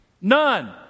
none